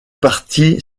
parti